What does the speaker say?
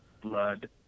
blood